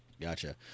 Gotcha